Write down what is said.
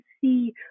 see